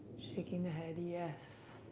shaking the head, yes